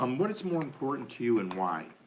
um what is more important to you and why?